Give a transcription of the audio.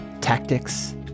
tactics